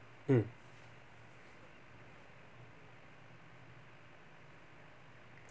mm